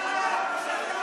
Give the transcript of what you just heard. אלי אבידר.